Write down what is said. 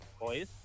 Boys